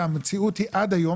והמציאות היא עד היום,